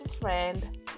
friend